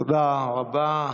תודה רבה.